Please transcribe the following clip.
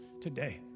today